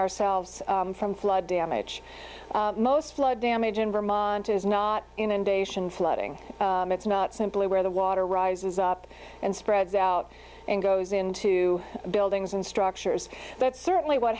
ourselves from flood damage most flood damage in vermont is not inundation flooding it's not simply where the water rises up and spreads out and goes into buildings and structures that's certainly what